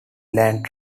land